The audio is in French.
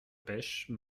pêche